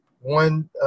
one